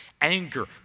anger